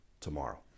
tomorrow